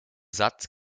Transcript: satz